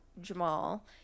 Jamal